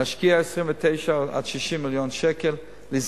להשקיע 29 עד 60 מיליון שקלים,